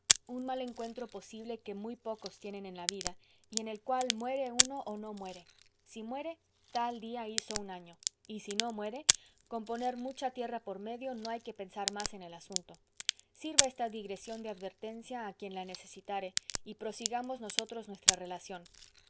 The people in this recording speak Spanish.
un mal encuentro posible que muy pocos tienen en la vida y en el cual muere uno o no muere si muere tal día hizo un año y si no muere con poner mucha tierra por medio no hay que pensar más en el asunto sirva esta digresión de advertencia a quien la necesitare y prosigamos nosotros nuestra relación